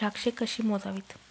द्राक्षे कशी मोजावीत?